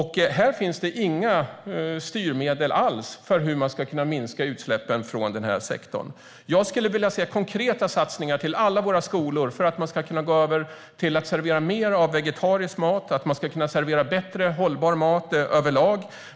Här finns inga styrmedel alls för hur man ska kunna minska utsläppen från denna sektor. Jag skulle vilja se konkreta satsningar för alla våra skolor så att de kan gå över till att servera mer vegetarisk mat och bättre, hållbar mat överlag.